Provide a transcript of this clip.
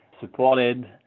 supported